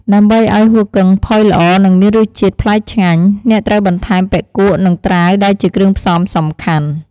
ដើម្បីឱ្យហ៊ូគឹងផុយល្អ និងមានរសជាតិប្លែកឆ្ងាញ់ អ្នកត្រូវបន្ថែមបុិគក់ និងត្រាវដែលជាគ្រឿងផ្សំសំខាន់។